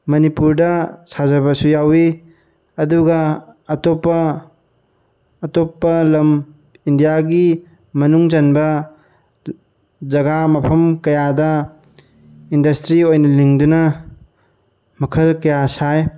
ꯃꯅꯤꯄꯨꯔꯗ ꯁꯥꯖꯕꯁꯨ ꯌꯥꯎꯏ ꯑꯗꯨꯒ ꯑꯇꯣꯞꯄ ꯑꯇꯣꯞꯄ ꯂꯝ ꯏꯟꯗꯤꯌꯥꯒꯤ ꯃꯅꯨꯡ ꯆꯟꯕ ꯖꯒꯥ ꯃꯐꯝ ꯀꯌꯥꯗ ꯏꯟꯗꯁꯇ꯭ꯔꯤ ꯑꯣꯏꯅ ꯂꯤꯡꯗꯨꯅ ꯃꯈꯜ ꯀꯌꯥ ꯁꯥꯏ